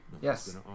Yes